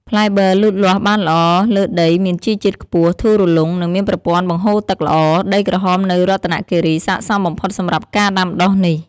ផ្លែបឺរលូតលាស់បានល្អលើដីមានជីជាតិខ្ពស់ ធូររលុង និងមានប្រព័ន្ធបង្ហូរទឹកល្អ។ ដីក្រហមនៅរតនគិរីគឺស័ក្តិសមបំផុតសម្រាប់ការដាំដុះនេះ។